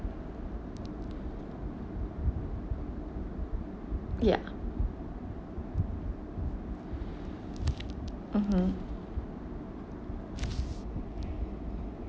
ya mmhmm